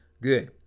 Good